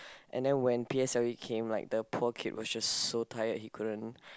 and then when p_s_l_e came like the poor kids were just so tired he couldn't